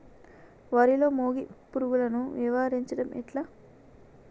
వరిలో మోగి పురుగును నివారించడం ఎట్లా?